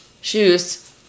shoes